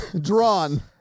Drawn